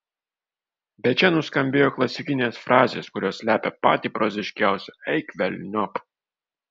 bet čia nuskambėjo klasikinės frazės kurios slepia patį proziškiausią eik velniop